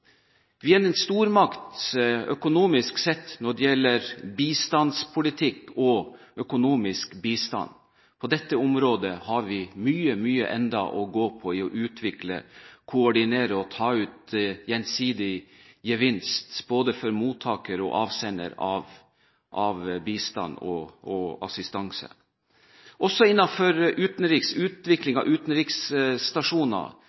Vi er en stormakt økonomisk sett når det gjelder bistandspolitikk og økonomisk bistand. På dette området har vi enda mye å gå på når det gjelder å utvikle, koordinere og ta ut gjensidig gevinst, både for mottaker og avsender av bistand og assistanse. Også